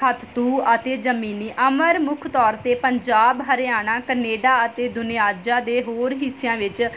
ਹੱਥ ਤੂੰ ਆਤੇ ਜਮੀਨੀ ਅਮਰ ਮੁੱਖ ਤੌਰ 'ਤੇ ਪੰਜਾਬ ਹਰਿਆਣਾ ਕਨੇਡਾ ਅਤੇ ਦੁਨਿਆਜਾ ਦੇ ਹੋਰ ਹਿੱਸਿਆਂ ਵਿੱਚ